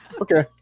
Okay